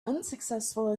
unsuccessful